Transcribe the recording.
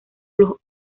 los